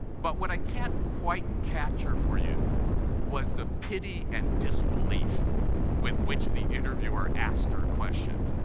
but what i can't quite capture for you was the pity and disbelief with which the interviewer asked her question.